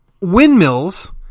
windmills